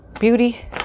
beauty